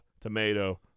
tomato